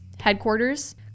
headquarters